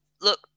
Look